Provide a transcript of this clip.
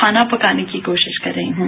खाना पकाने की कोशिश कर रही हूं